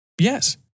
Yes